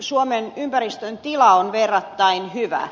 suomen ympäristön tila on verrattain hyvä